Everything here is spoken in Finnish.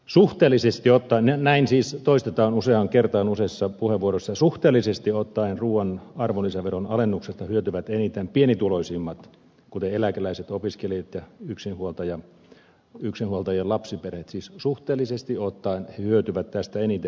suhteellisesti ottaen näin siis toistetaan useaan kertaan useissa puheenvuoroissa ruuan arvonlisäveron alennuksesta hyötyvät eniten pienituloisimmat kuten eläkeläiset opiskelijat ja yksinhuoltajien lapsiperheet siis suhteellisesti ottaen he hyötyvät tästä eniten